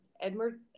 Edmund